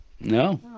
no